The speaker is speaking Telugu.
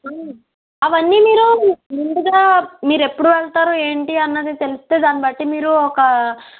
సో అవన్నీ మీరు ముందుగా మీరు ఎప్పుడు వెళ్తారు ఏంటి అన్నది తెలిస్తే దాని బట్టి మీరు ఒక